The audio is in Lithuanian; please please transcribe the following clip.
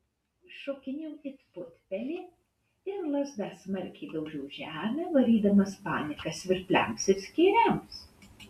šokinėjau it putpelė ir lazda smarkiai daužiau žemę varydamas paniką svirpliams ir skėriams